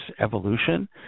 evolution